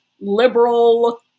liberal